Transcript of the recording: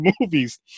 movies